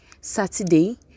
Saturday